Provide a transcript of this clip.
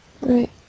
Right